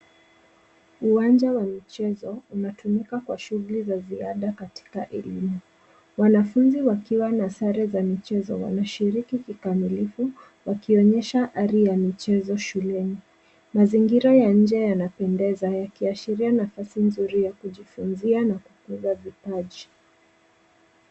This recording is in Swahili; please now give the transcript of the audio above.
Uwanja wa michezo unatumika kwa shughuli za ziada katika elimu. Wanafunzi wakiwa na sare za michezo wanashiriki kikamilifu, wakionyesha ari ya michezo shuleni. Mazingira ya nje yanapendeza, yakiashiria nafasi nzuri ya kujifunzia na kukuza vipaji.